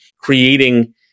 creating